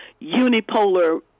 unipolar